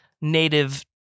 native